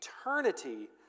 eternity